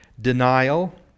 denial